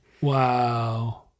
Wow